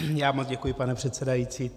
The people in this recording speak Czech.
Já moc děkuji, pane předsedající.